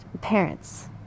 parents